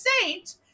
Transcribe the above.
saint